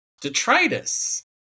Detritus